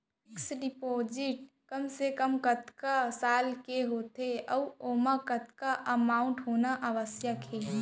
Fix deposit कम से कम कतका साल के होथे ऊ ओमा कतका अमाउंट होना आवश्यक हे?